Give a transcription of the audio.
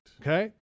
Okay